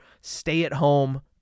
stay-at-home